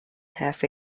half